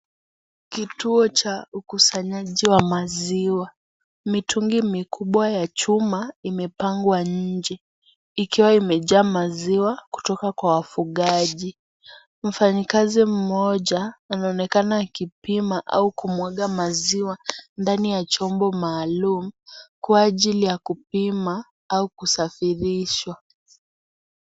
Kituo cha ukusanyaji wa maziwa mitungi mikubwa ya chuma imepangwa. Nje ikiwa imejaa maziwa kutoka kwa wafugaji, mfanyakazi mmoja anaonekana akipima maziwa ndani ya chombo maalum kwa ajili ya kupima au kusafirishwa.